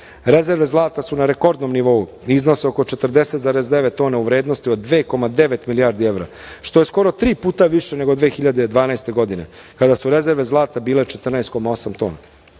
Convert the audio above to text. Rezerve zlata su na rekordnom nivou i iznose oko 40,9 tona u vrednosti od 2,9 milijardi evra, što je skoro tri puta više nego 2012. godine, kada su rezerve zlata bile 14,8